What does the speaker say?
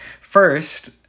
First